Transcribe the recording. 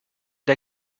der